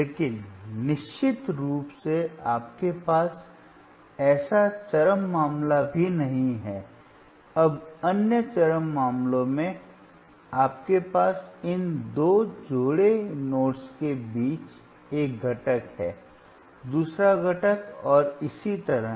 लेकिन निश्चित रूप से आपके पास ऐसा चरम मामला भी नहीं है अब अन्य चरम मामलों में आपके पास इन दो जोड़े नोड्स के बीच एक घटक है दूसरा घटक और इसी तरह